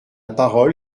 parole